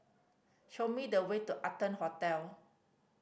show me the way to Arton Hotel